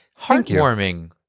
Heartwarming